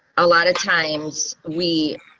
a lot of times we